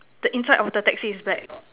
the inside of the taxi is black